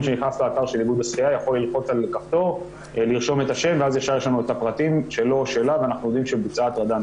משהו שכן יחול על הילדים אבל בינתיים,